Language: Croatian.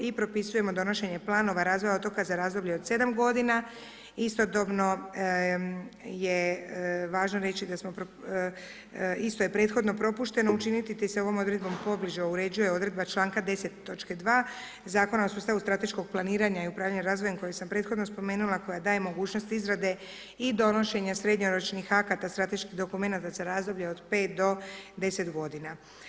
I propisujemo donošenje planova razvoja otoka za razdoblje od 7 godina, istodobno je važno reći da smo, isto je prethodno propušteno učiniti te se s ovom odredbom pobliže uređuje odredba članka 10. točke 2. Zakona o sustavu strateškog planiranja i upravljanja razvojem kojeg sam prethodno spomenula koja daje mogućnost izrade i donošenja srednjoročnih akata strateških dokumenata za razdoblje od 5 do 10 godina.